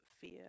fear